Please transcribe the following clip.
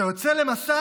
אתה יוצא למסע